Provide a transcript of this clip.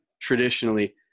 traditionally